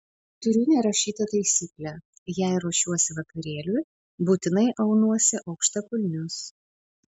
turiu nerašytą taisyklę jei ruošiuosi vakarėliui būtinai aunuosi aukštakulnius